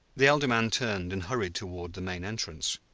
the elder man turned and hurried toward the main entrance.